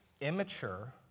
immature